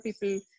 people